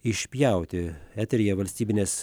išpjauti eteryje valstybinės